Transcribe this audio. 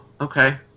okay